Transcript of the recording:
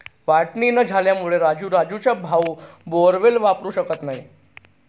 वाटणी न झाल्यामुळे राजू राजूचा भाऊ बोअरवेल वापरू शकत नाही